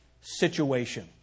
situation